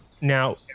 Now